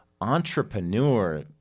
entrepreneur